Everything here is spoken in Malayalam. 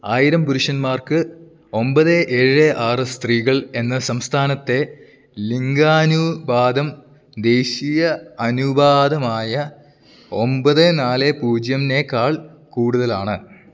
ആയിരം പുരുഷന്മാർക്ക് ഒമ്പത് ഏഴ് ആറ് സ്ത്രീകൾ എന്ന സംസ്ഥാനത്തെ ലിംഗാനുപാതം ദേശീയ അനുപാതമായ ഒമ്പത് നാല് പൂജ്യംനെക്കാൾ കൂടുതലാണ്